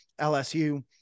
lsu